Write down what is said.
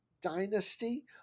dynasty